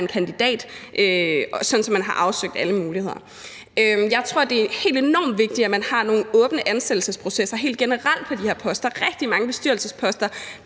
en kandidat, sådan at man har afsøgt alle muligheder. Jeg tror, det er helt enormt vigtigt, at man har nogle åbne ansættelsesprocesser helt generelt ved de her poster. Rigtig mange bestyrelsesposter